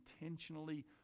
intentionally